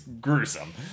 gruesome